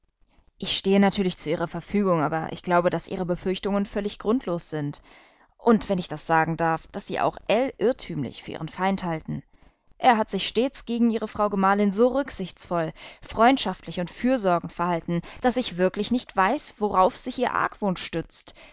ich stehe natürlich zu ihrer verfügung aber ich glaube daß ihre befürchtungen völlig grundlos sind und wenn ich das sagen darf daß sie auch ell irrtümlich für ihren feind halten er hat sich stets gegen ihre frau gemahlin so rücksichtsvoll freundschaftlich und fürsorgend verhalten daß ich wirklich nicht weiß worauf sich ihr argwohn stützt